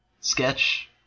sketch